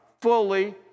fully